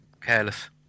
careless